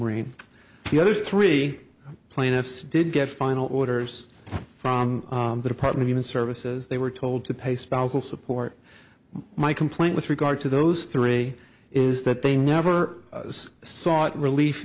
marine the other three plaintiffs did get final orders from the department even services they were told to pay spousal support my complaint with regard to those three is that they never sought relief